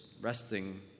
resting